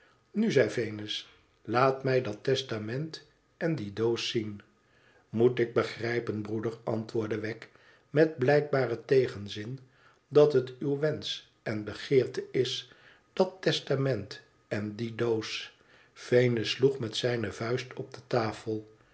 nu zei venus laat mij dat testament en die doos zien t moetik begrijpen broeder antwoordde wegg met blijkbaren tegenzid dat het uw wensch en begeerte is dat testament en die doos venus sloeg met zijne vuist op de tafel